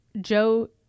Joe